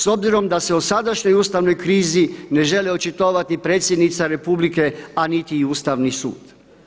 S obzirom da se o sadašnjoj Ustavnoj krizi ne želi očitovati ni predsjednica Republike a niti Ustavni sud.